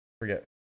forget